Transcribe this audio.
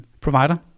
provider